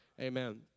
Amen